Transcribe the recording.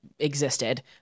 Existed